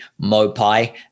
Mopai